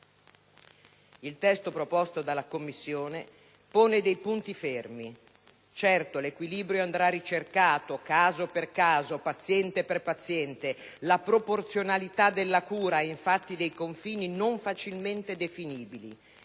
Iltesto proposto dalla Commissione pone dei punti fermi. Certo, l'equilibrio andrà ricercato caso per caso, paziente per paziente; la proporzionalità della cura ha infatti dei confini non facilmente definibili,